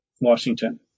Washington